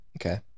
Okay